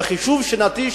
בחישוב שנתי,